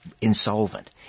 insolvent